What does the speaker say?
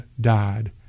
died